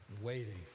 waiting